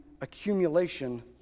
accumulation